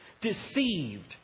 deceived